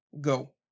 go